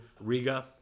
Riga